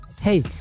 hey